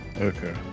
Okay